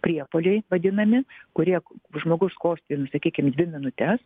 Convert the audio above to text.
priepuoliai vadinami kurie žmogus kosti nu sakykim dvi minutes